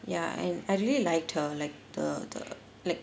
ya and I really liked her like the the like